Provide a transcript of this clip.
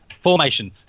Formation